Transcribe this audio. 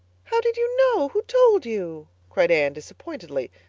how did you know? who told you? cried anne disappointedly,